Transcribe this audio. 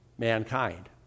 Mankind